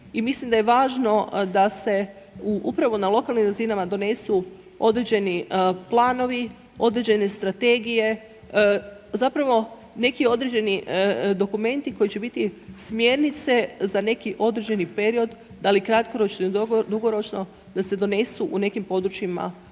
i mislim da je važno da se u upravo na lokalnim razinama donesu određeni planovi, određene strategije, zapravo neki određeni dokumenti koji će biti smjernice za neki određeni period, da li kratkoročno ili dugoročno, da se donesu u nekim područjima određene